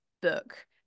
book